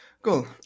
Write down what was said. Cool